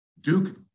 Duke